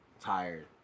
tired